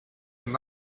and